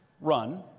run